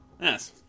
Yes